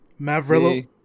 mavrillo